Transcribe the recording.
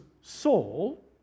saul